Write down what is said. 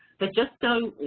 but just so